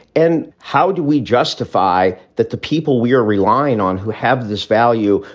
and how do we justify that the people we are relying on who have this value?